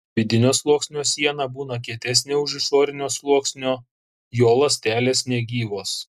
vidinio sluoksnio siena būna kietesnė už išorinio sluoksnio jo ląstelės negyvos